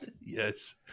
Yes